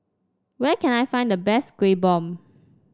where can I find the best Kueh Bom